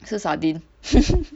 吃 sardin